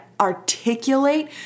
articulate